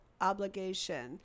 obligation